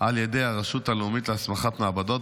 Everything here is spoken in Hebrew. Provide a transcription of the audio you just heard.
על ידי הרשות הלאומית להסמכת מעבדות,